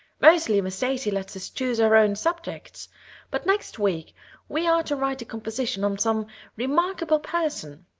mostly miss stacy lets us choose our own subjects but next week we are to write a composition on some remarkable person.